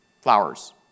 Flowers